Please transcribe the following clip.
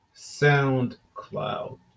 SoundCloud